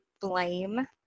blame